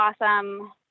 awesome